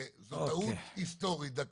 זו טעות היסטורית כי